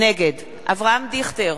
נגד אברהם דיכטר,